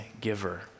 giver